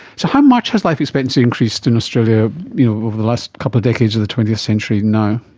so how much has life expectancy increased in australia you know over the last couple of decades of the twentieth century now?